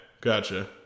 gotcha